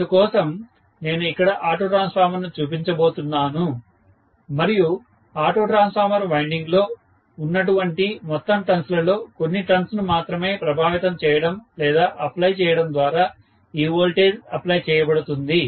అందుకోసం నేను ఇక్కడ ఆటో ట్రాన్స్ఫార్మర్ను చూపించబోతున్నాను మరియు ఆటో ట్రాన్స్ఫార్మర్ వైండింగ్లో ఉన్నటువంటి మొత్తం టర్న్స్ లలో కొన్ని టర్న్స్ ను మాత్రమే ప్రభావితం చేయడం లేదా అప్లై చేయడం ద్వారా ఈ వోల్టేజ్ అప్లై చేయబడుతుంది